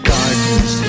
Gardens